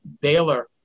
Baylor